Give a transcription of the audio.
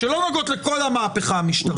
שלא נוגעות לכל המהפכה המשטרית,